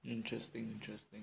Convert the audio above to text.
interesting interesting